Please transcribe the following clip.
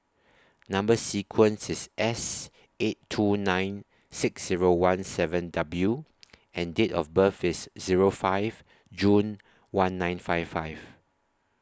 Number sequence IS S eight two nine six Zero one seven W and Date of birth IS Zero five June one nine five five